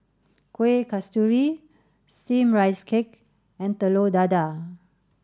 Kueh Kasturi steamed rice cake and Telur Dadah